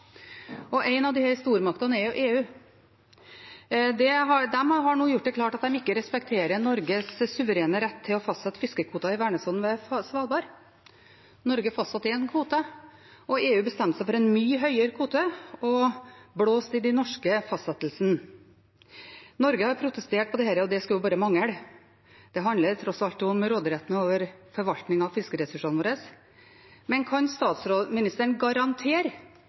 og en av disse stormaktene er EU. De har nå gjort det klart at de ikke respekterer Norges suverene rett til å fastsette fiskekvoter i vernesonen ved Svalbard. Norge fastsatte én kvote, og EU bestemte seg for en mye høyere kvote og blåste i den norske fastsettelsen. Norge har protestert på dette, og det skulle bare mangle, det handler tross alt om råderetten over forvaltningen av fiskeressursene våre. Men kan statsministeren garantere